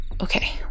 Okay